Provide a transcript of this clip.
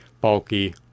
bulky